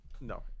No